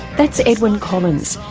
that's edwyn collins,